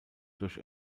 durch